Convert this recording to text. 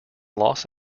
los